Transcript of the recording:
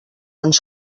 ens